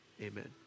Amen